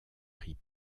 pris